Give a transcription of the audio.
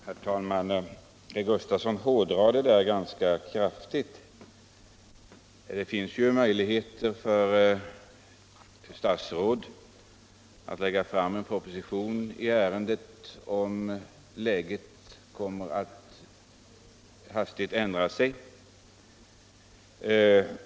Herr talman! Herr Sven Gustafson i Göteborg hårdrar detta ganska kraftigt. Det finns möjligheter för regeringen att lägga fram proposition i ärendet om läget hastigt skulle ändra sig.